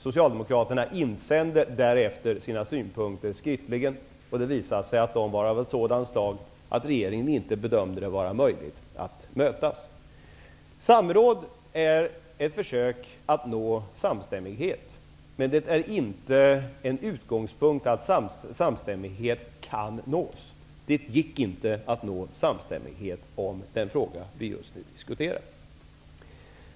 Socialdemokraterna insände därefter sina synpunkter skriftligen. Det visade sig att de var av ett sådant slag att regeringen inte bedömde det vara möjligt att mötas. Samråd är ett försök att nå samstämmighet. Men det är inte en utgångspunkt att samstämmighet kan nås. Det gick inte att nå samstämmighet om den fråga vi just nu diskuterar. Herr talman!